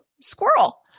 squirrel